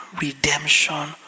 redemption